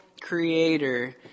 Creator